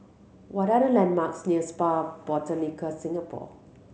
what are the landmarks near Spa Botanica Singapore